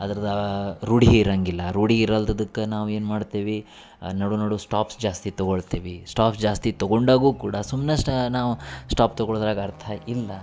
ಅದ್ರದಾ ರೂಢಿ ಇರಂಗಿಲ್ಲ ರೂಢಿ ಇರಲ್ದದಕ್ಕ ನಾವು ಏನು ಮಾಡ್ತೇವಿ ನಡು ನಡು ಸ್ಟಾಪ್ಸ್ ಜಾಸ್ತಿ ತಗೊಳ್ತೇವಿ ಸ್ಟಾಪ್ ಜಾಸ್ತಿ ತಗೊಂಡಾಗು ಕೂಡ ಸುಮ್ನ ಸ್ಟ ನಾವು ಸ್ಟಾಪ್ ತಗೊಳುದ್ರಾಗ ಅರ್ಥ ಇಲ್ಲ